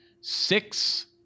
six